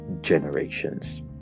generations